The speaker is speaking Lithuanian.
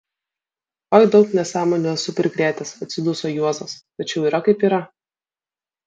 oi daug nesąmonių esu prikrėtęs atsiduso juozas tačiau yra kaip yra